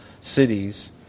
cities